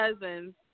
cousins